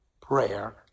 prayer